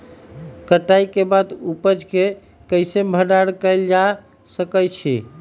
कटाई के बाद उपज के कईसे भंडारण कएल जा सकई छी?